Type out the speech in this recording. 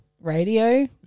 radio